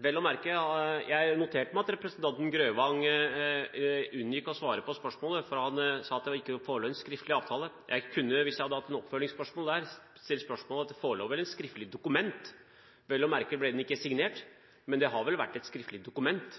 vel et skriftlig dokument? Vel å merke ble det vel ikke signert – men det har vel vært et skriftlig dokument?